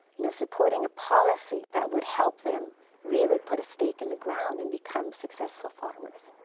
you know supporting a policy that would help them really put a stake in the ground and become successful farmers.